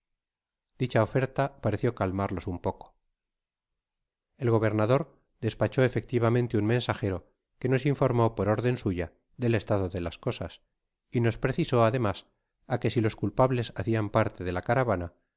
dicha oferta parecio calmarlos un poco el gobernador despachó efectivamente un mensajero que nos informó por orden suya del estado de las cosas y nos precisó ademas á que si los culpables hacian parte de la caravana